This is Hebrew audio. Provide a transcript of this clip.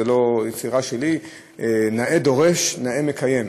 זו לא יצירה שלי: "נאה דורש נאה מקיים,